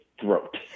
throat